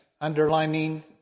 Underlining